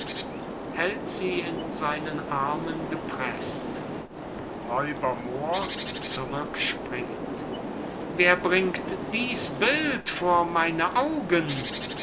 hält sie in seinen armen gepreßt r moor zurückspringend wer bringt diß bild vor meine augen